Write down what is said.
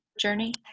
journey